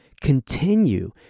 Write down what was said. continue